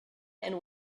and